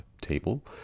table